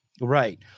Right